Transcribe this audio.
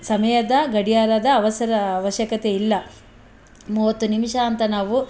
ಸಮಯದ ಗಡಿಯಾರದ ಅವಸರ ಅವಶ್ಯಕತೆ ಇಲ್ಲ ಮೂವತ್ತು ನಿಮಿಷ ಅಂತ ನಾವು